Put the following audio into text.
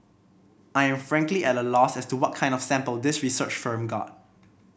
I am frankly at a loss as to what kind of sample this research firm got